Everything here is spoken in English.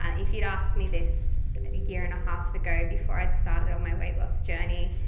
ah if you'd asked me this, a year and a half ago before i'd started on my weight loss journey.